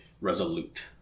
resolute